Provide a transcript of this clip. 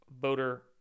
voter